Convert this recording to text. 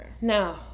No